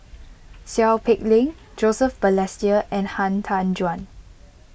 Seow Peck Leng Joseph Balestier and Han Tan Juan